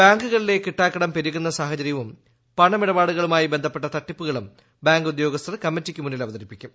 ബാങ്കുകളുടെ കിട്ടാക്കടം പെരുകുന്ന സാഹചര്യവും പണമിടപാടുകളുമായി ബന്ധപ്പെട്ട തട്ടിപ്പുകളും ബാങ്ക് ഉദ്യോഗസ്ഥർ കമ്മിറ്റിക്ക് മുന്നിൽ അവതരിപ്പിക്കും